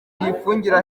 uyifungira